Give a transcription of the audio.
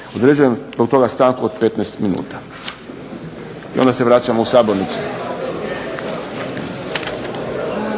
Određujem do toga stanku od 15 minuta i onda se vraćamo u sabornicu.